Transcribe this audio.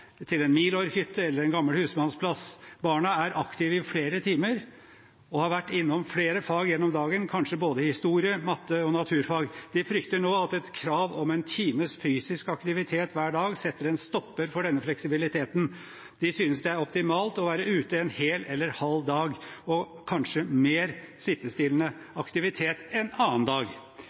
til en Milorg-hytte eller en gammel husmannsplass. Barna er aktive i flere timer og har vært innom flere fag gjennom dagen, kanskje både historie, matte og naturfag. De frykter nå at et krav om én times fysisk aktivitet hver dag setter en stopper for denne fleksibiliteten. De synes det er optimalt å være ute en hel eller halv dag og kanskje ha mer stillesittende aktivitet en annen dag.